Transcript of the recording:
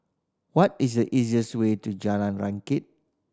what is the easiest way to Jalan Rakit